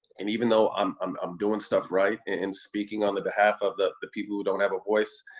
and even though i'm um um doing stuff right and speaking on the behalf of the the people who don't have a voice,